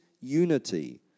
unity